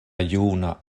juna